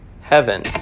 heaven